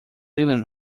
elam